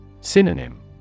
Synonym